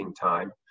time